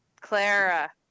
clara